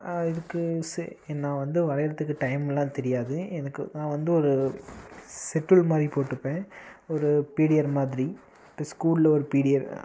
இதுக்கு செ இ நான் வந்து வரையறத்துக்கு டைமெல்லாம் தெரியாது எனக்கு நான் வந்து ஒரு செட்டுல் மாதிரி போட்டுப்பேன் ஒரு பீரியர்ட் மாதிரி இந்த ஸ்கூலில் ஒரு பீரியர்ட்